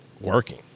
working